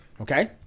okay